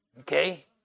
Okay